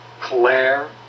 Claire